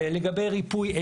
לגבי ריפוי,